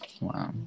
Wow